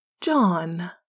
John